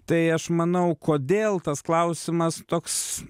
tai aš manau kodėl tas klausimas toks